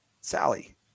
Sally